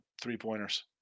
three-pointers